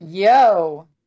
yo